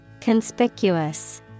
Conspicuous